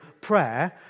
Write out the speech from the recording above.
prayer